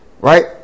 Right